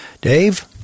Dave